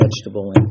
vegetable